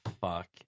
fuck